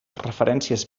referències